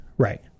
Right